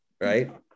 right